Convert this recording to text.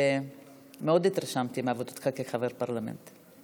שמאוד התרשמתי מעבודתך כחבר פרלמנט,